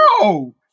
No